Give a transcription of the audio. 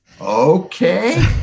okay